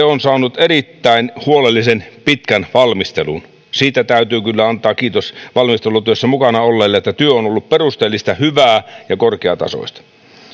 on saanut erittäin huolellisen pitkän valmistelun siitä täytyy kyllä antaa kiitos valmistelutyössä mukana olleille että työ on ollut perusteellista hyvää ja korkeatasoista